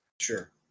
Sure